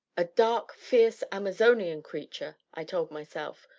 a dark, fierce, amazonian creature! i told myself,